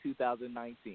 2019